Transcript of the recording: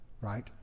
right